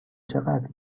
چقدر